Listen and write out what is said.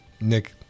Nick